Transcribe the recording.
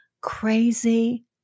crazy